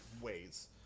ways